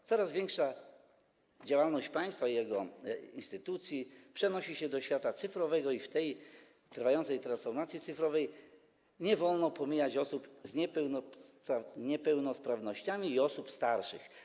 W coraz większym stopniu działalność państwa i jego instytucji przenosi się do świata cyfrowego i w tej trwającej transformacji cyfrowej nie wolno pomijać osób z niepełnosprawnościami i osób starszych.